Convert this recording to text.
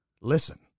listen